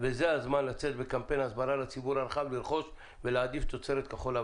וזה הזמן לצאת בקמפיין הסברה לציבור הרחב לרכוש ולהעדיף תוצרת כחול.